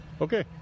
Okay